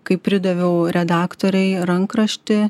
kai pridaviau redaktorei rankraštį